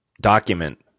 document